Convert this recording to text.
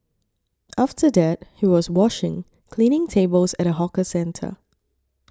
after that he was washing cleaning tables at a hawker centre